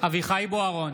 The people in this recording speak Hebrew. אביחי אברהם בוארון,